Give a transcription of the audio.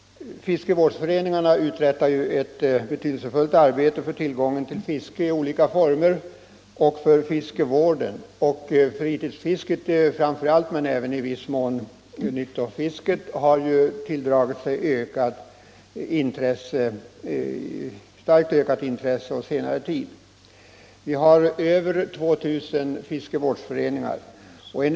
Fiskevårdsföreningarna uträttar ett betydelsefullt arbete för tillgången till fiske i olika former och för fiskevården. Framför allt fritidsfisket men även i viss mån nyttofisket har tilldragit sig starkt ökat intresse på senare tid. Vi har över 2 000 fiskevårdsföreningar i landet.